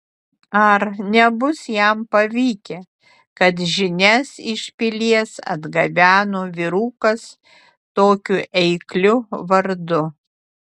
ar nebus jam pavykę kad žinias iš pilies atgabeno vyrukas tokiu eikliu vardu